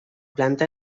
planta